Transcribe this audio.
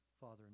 father